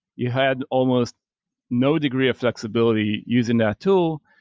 you had almost no degree of flexibility using that tool.